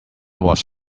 was